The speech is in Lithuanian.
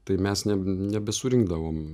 tai mes ne nebesurinkdavom